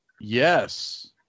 Yes